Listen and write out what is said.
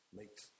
makes